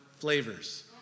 Flavors